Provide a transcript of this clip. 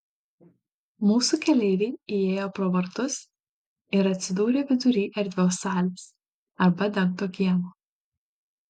mūsų keleiviai įėjo pro vartus ir atsidūrė vidury erdvios salės arba dengto kiemo